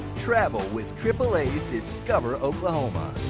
travel with aaa's discover oklahoma!